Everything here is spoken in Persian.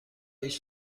هیچ